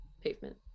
Pavement